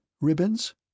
Ribbons